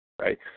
Right